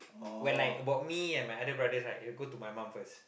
when I about me and my other brother right it will go to my mum first